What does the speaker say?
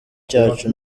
cyacu